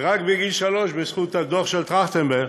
ורק בגיל שלוש, בזכות הדוח של טרכטנברג,